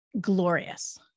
glorious